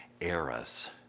eras